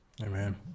Amen